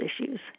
issues